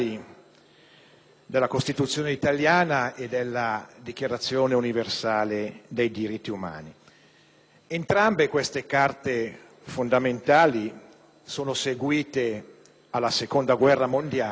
della Costituzione italiana e della Dichiarazione universale dei diritti dell'uomo. Entrambe queste carte fondamentali sono seguite alla Seconda guerra mondiale